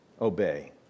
obey